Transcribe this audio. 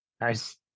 Nice